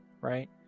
right